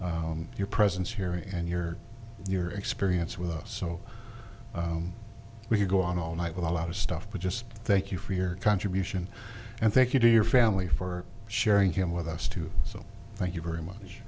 your presence here and your your experience with us so we could go on all night with a lot of stuff but just thank you for your contribution and thank you to your family for sharing him with us to so thank you very much